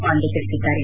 ಪಾಂಡೆ ತಿಳಿಸಿದ್ದಾರೆ